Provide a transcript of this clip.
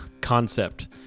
concept